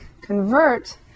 convert